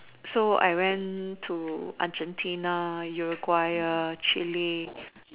so I went to Argentina Uruguay Chile